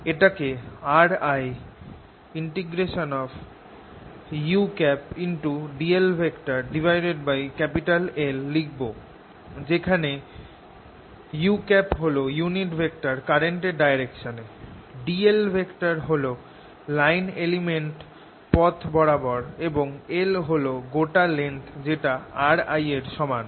এটাকে RIudlL যেখানে u হল ইউনিট ভেক্টর কারেন্টের ডাইরেকশনে dl হল লাইন এলিমেনট পথ বরাবর এবং L হল গোটা লেংথ যেটা RI এর সমান